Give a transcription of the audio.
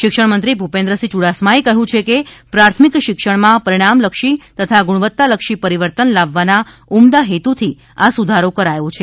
શિક્ષણમંત્રી ભૂપેન્દ્રસિંહ યુડાસમાએ કહ્યું છે કે પ્રાથમિક શિક્ષણમાં પરિણામલક્ષી તથા ગુણવત્તાલક્ષી પરિવર્તન લાવવાના ઉમદા હેતુથી આ સુધારો કરાયો છે